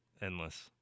endless